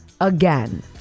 again